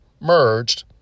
merged